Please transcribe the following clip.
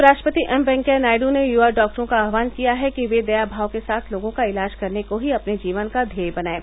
उप राष्ट्रपति एम वेंकैया नायड् ने युवा डॉक्टरों का आह्वान किया है कि वे दया भाव के साथ लोगों का इलाज करने को ही अपने जीवन का घ्येय बनाएं